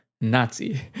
Nazi